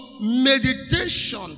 meditation